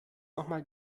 nochmal